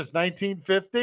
1950